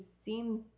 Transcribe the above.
seems